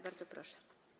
Bardzo proszę.